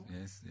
yes